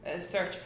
search